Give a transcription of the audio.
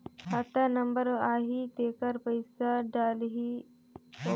खाता नंबर आही तेकर पइसा डलहीओ?